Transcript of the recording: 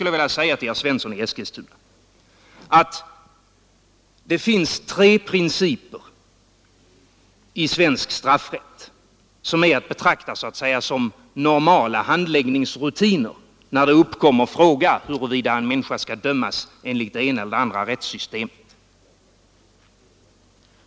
Jag vill säga till herr Svensson i Eskilstuna att det finns tre principer i svensk rätt som är att betrakta som normala handläggningsrutiner när fråga uppkommer huruvida en människa skall dömas enligt det ena eller det andra rättssystemet.